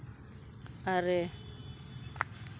ᱟᱨᱮ